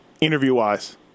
interview-wise